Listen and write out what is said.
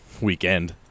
weekend